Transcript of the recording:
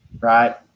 right